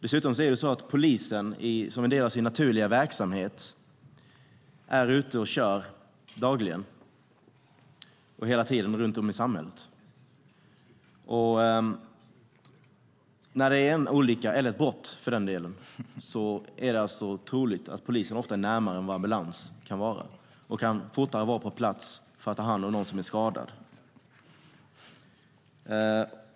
Dessutom är polisen som en del i sin naturliga verksamhet dagligen ute och kör runt om i samhället. Vid en olycka eller ett brott är det alltså ofta troligt att polisen är närmare än vad ambulans kan vara och kan snabbare vara på plats för att ta hand om någon som är skadad.